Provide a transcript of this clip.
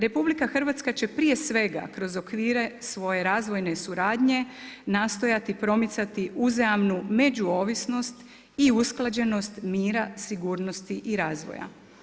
RH će prije svega kroz okvire svoje razvojne suradnje nastojati promicati uzajamnu međuovisnost i usklađenost mira, sigurnosti i razvoja.